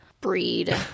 breed